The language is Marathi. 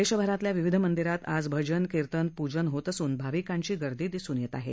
देशभरातल्या विविध मंदिरात आज भजन कीर्तीन प्जन होत असून भाविकांची गर्दी दिसून येत आहे